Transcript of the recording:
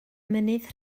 mynydd